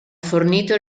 fornito